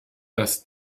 dass